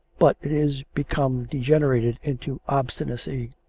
but it is become degenerated into obstinacy.